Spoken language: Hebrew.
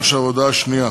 עכשיו הודעה שנייה.